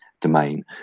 domain